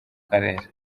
karere